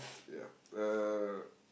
yeah uh